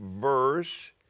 verse